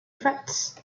frets